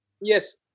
Yes